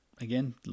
Again